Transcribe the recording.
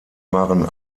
waren